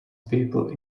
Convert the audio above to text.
people